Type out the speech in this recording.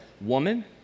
woman